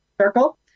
circle